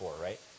right